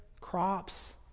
crops